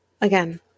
again